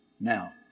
Now